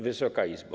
Wysoka Izbo!